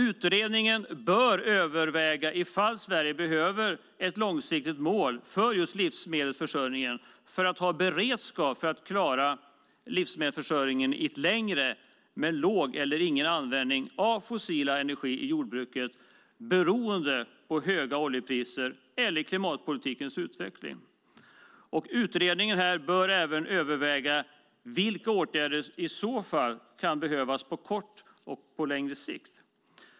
Utredningen bör överväga om Sverige behöver ett långsiktigt mål för livsmedelsförsörjningen, för att ha beredskap för att klara livsmedelsförsörjningen i ett läge med låg eller ingen användning av fossil energi i jordbruket, beroende på höga oljepriser eller klimatpolitikens utveckling. Utredningen bör även överväga vilka åtgärder som i så fall kan behövas på kort och lång sikt.